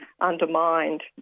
undermined